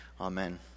Amen